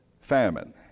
famine